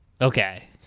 Okay